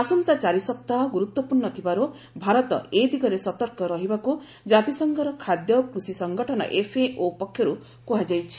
ଆସନ୍ତା ଚାରିସପ୍ତାହ ଗୁରୁତ୍ୱପୂର୍ଣ୍ଣ ଥିବାରୁ ଭାରତ ଏ ଦିଗରେ ସତର୍କ ରହିବାକୁ ଜାତିସଂଘର ଖାଦ୍ୟ ଓ କୃଷି ସଂଗଠନ ପକ୍ଷରୁ କୁହାଯାଇଛି